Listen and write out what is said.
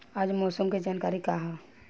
आज मौसम के जानकारी का ह?